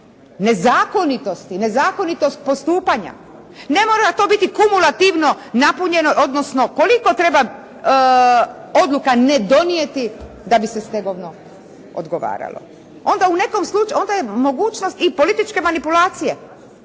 nezakonitost postupanja. Ne mora to biti kumulativno napunjeno, odnosno koliko treba odluka ne donijeti da bi se stegovno odgovaralo. Onda je mogućnost i političke manipulacije,